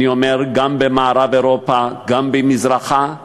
גם ממערב אירופה וגם ממזרחה,